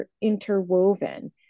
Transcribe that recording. interwoven